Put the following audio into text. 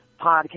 podcast